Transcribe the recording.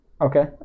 okay